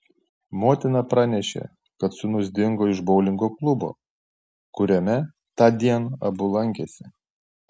motina pranešė kad sūnus dingo iš boulingo klubo kuriame tądien abu lankėsi